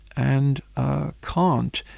and ah kant,